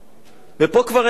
ופה כבר אין מענה,